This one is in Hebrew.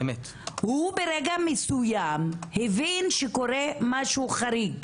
הוא ברגע מסוים הבין שקורה משהו חריג,